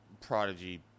Prodigy